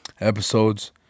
episodes